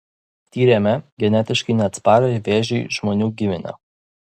tyrėme genetiškai neatsparią vėžiui žmonių giminę